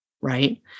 right